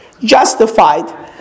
Justified